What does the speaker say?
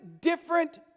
different